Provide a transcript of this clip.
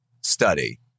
study